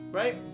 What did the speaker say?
right